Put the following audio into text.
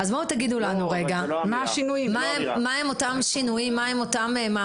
תאמרו לנו מה השינויים ומה הם אותם מאמצים